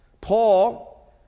Paul